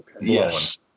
yes